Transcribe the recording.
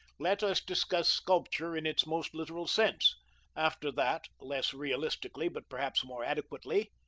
let us discuss sculpture in its most literal sense after that, less realistically, but perhaps more adequately.